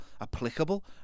applicable